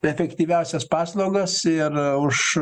efektyviausias paslaugas ir už